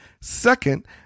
Second